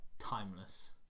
timeless